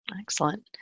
Excellent